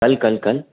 کل کل